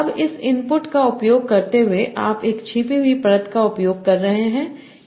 अब इस इनपुट का उपयोग करते हुए आप एक छिपी हुई परत का उपयोग कर रहे हैं यह N आयाम है